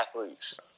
athletes